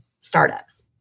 startups